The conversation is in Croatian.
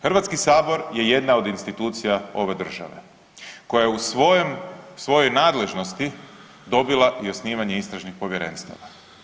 Hrvatski sabor je jedna od institucija ove države koja je u svojoj nadležnosti dobila i osnivanje istražnih povjerenstava.